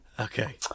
Okay